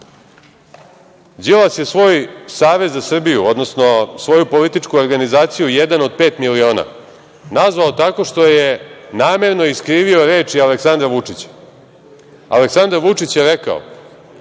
Đilas je svoj Savez za Srbiju, odnosno svoju političku organizaciju „Jedan od pet miliona“ nazvao tako što je namerno iskrivio reči Aleksandra Vučića. Aleksandar Vučić je rekao